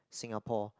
Singapore